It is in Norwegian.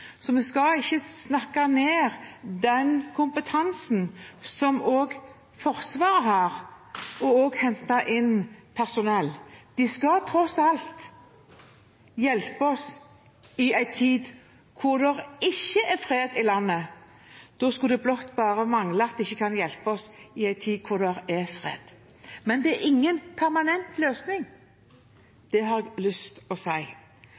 så vi skal ikke snakke ned den kompetansen som Forsvaret har, også når det gjelder å hente inn personell. De skal tross alt hjelpe oss i en tid hvor det ikke er fred i landet, da skulle det blott bare mangle at de ikke kan hjelpe oss i en tid hvor det er fred. Men det er ingen permanent løsning, det har jeg lyst til å